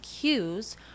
cues